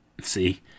See